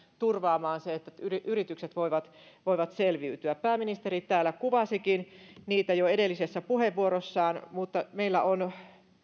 turvaamaan se että yritykset voivat voivat selviytyä pääministeri täällä kuvasikin niitä jo edellisessä puheenvuorossaan meillä on